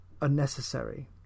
unnecessary